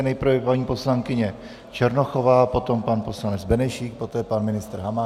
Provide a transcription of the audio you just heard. Nejprve paní poslankyně Černochová, potom pan poslanec Benešík, poté pan ministr Hamáček.